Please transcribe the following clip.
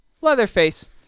Leatherface